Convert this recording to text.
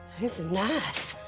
this is nice.